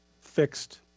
fixed